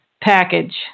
package